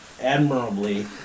admirably